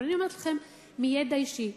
אבל אני אומרת לכן מידע אישי,